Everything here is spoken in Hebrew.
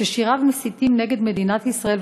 ושיריו מסיתים נגד מדינת ישראל,